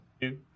Two